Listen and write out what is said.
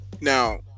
Now